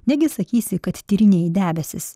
negi sakysi kad tyrinėji debesis